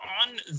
On